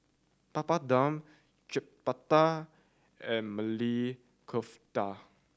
Papadum Chapati and Maili Kofta